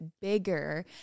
bigger